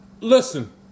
Listen